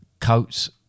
coats